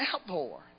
Outpour